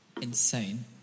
insane